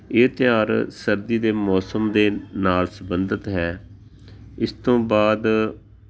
ਇਹ ਤਿਉਹਾਰ ਸਰਦੀ ਦੇ ਮੌਸਮ ਦੇ ਨਾਲ ਸੰਬੰਧਿਤ ਹੈ ਇਸ ਤੋਂ ਬਾਅਦ